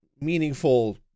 meaningful